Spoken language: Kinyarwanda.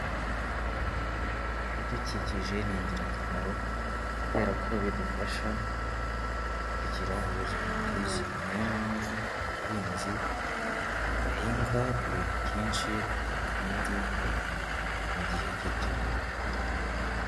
Ibidukikije ni ingirakamaro kubera ko bidufasha kugira ubuzima bwiza. Niyo mpamvu abahinzi bahinga ibintu byinshi kandi mu gihe gito.